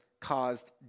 caused